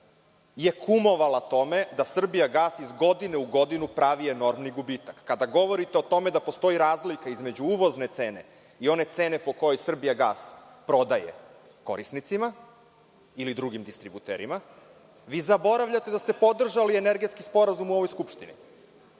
je kumovala tome da „Srbijagas“ iz godine u godinu pravi enormni gubitak. Kada govorite o tome da postoji razlika između uvozne cene i one cene po kojoj „Srbijagas“ prodaje korisnicima ili drugim distributerima, vi zaboravljate da ste podržali Energetski sporazum u ovoj Skupštini.